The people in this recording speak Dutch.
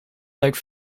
leuk